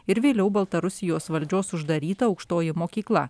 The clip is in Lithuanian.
ir vėliau baltarusijos valdžios uždaryta aukštoji mokykla